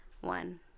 one